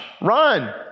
Run